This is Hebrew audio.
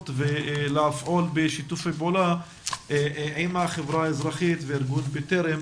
ולפעול בשיתוף פעולה עם החברה האזרחית וארגון בטרם,